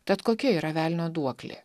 tad kokia yra velnio duoklė